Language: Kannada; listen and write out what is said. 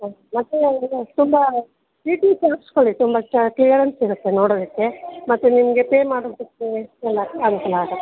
ಹ್ಞೂ ಮತ್ತು ಇಲ್ಲಿ ತುಂಬ ಡಿ ಟಿ ಎಚ್ ಹಾಕಿಸ್ಕೊಳ್ಳಿ ತುಂಬ ಕ್ಲಿಯರೆನ್ಸ್ ಸಿಗುತ್ತೆ ನೋಡೋದಕ್ಕೆ ಮತ್ತು ನಿಮಗೆ ಪೇ ಮಾಡೋದಕ್ಕೆ ಎಲ್ಲ ಅನುಕೂಲ ಆಗುತ್ತೆ